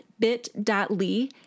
bit.ly